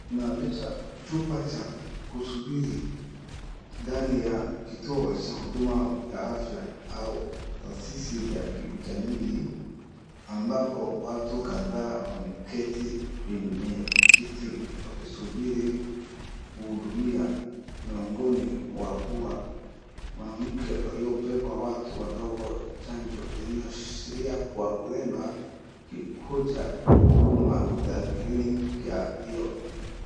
Inaonyesha chumba cha kusubiri ndani ya kituo cha huduma ya afya au taasisi ya kijamii ambapo watu kadhaa wameketi kwenye kiti wakisubiri kuhudumia miongoni mwa huwa mwanamke aliyebeba watu wadogo chanjo inaashiria kwa huenda kwa kuja kwa huduma ya clinic hiyo